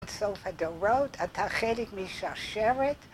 סוף הדורות, אתה חלק משרשרת.